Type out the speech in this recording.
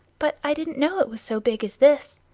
but i didn't know it was so big as this.